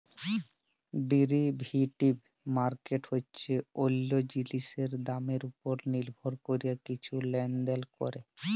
derivative market হছে অল্য জিলিসের দামের উপর লির্ভর ক্যরে কিছু লেলদেল ক্যরা